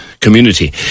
community